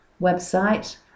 website